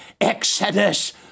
Exodus